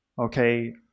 Okay